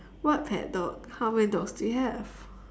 what pet dog how many dogs do you have